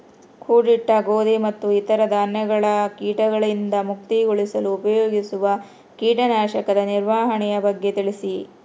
ಕೂಡಿಟ್ಟ ಗೋಧಿ ಮತ್ತು ಇತರ ಧಾನ್ಯಗಳ ಕೇಟಗಳಿಂದ ಮುಕ್ತಿಗೊಳಿಸಲು ಉಪಯೋಗಿಸುವ ಕೇಟನಾಶಕದ ನಿರ್ವಹಣೆಯ ಬಗ್ಗೆ ತಿಳಿಸಿ?